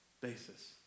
basis